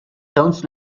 towns